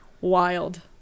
Wild